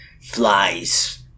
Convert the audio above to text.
flies